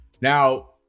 Now